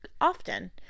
often